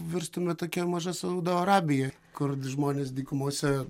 virstume tokia maža saudo arabija kur žmonės dykumose